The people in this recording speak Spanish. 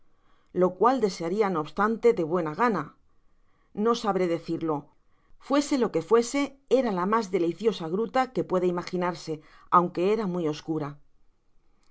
lo cual desearia no obstante de buena gana no sabré decirlo fuese lo que fuese era la mas deliciosa gruta que puede imaginarse aunque era muy oscura